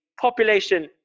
population